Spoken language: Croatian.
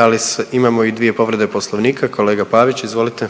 ali imamo i dvije povrede poslovnika, kolega Pavić izvolite.